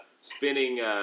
spinning